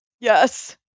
Yes